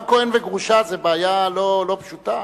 גם כוהן וגרושה זו בעיה לא פשוטה.